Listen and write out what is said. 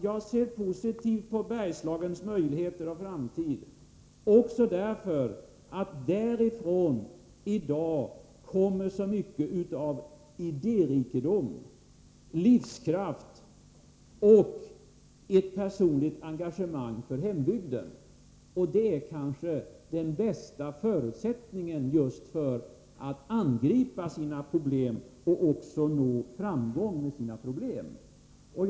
Jag ser positivt på Bergslagens möjligheter och framtid också därför att det där i dag finns så mycket av idérikedom, livskraft och personligt engagemang för hembygden. Det är kanske den bästa förutsättningen just när det gäller att angripa problem och att nå framgång i det arbetet.